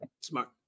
Smart